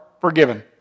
forgiven